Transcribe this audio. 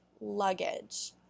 luggage